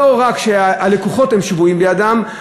לא רק שהלקוחות שבויים בידם,